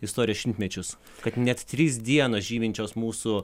istorijos šimtmečius kad net trys dienos žyminčios mūsų